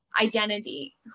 identity